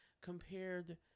compared